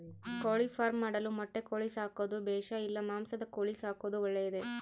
ಕೋಳಿಫಾರ್ಮ್ ಮಾಡಲು ಮೊಟ್ಟೆ ಕೋಳಿ ಸಾಕೋದು ಬೇಷಾ ಇಲ್ಲ ಮಾಂಸದ ಕೋಳಿ ಸಾಕೋದು ಒಳ್ಳೆಯದೇ?